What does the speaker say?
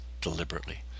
deliberately